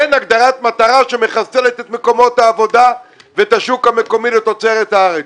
אין הגדרת מטרה שמחסלת את מקומות העבודה ואת השוק המקומי לתוצרת הארץ.